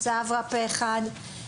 הצבעה הנוסח אושר ההצעה עברה פה אחד.